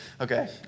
okay